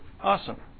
Awesome